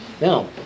Now